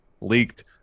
leaked